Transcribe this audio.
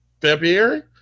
February